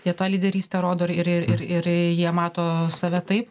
jie tą lyderystę rodo ir ir jie mato save taip